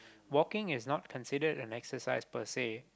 walking is not considered an exercise per se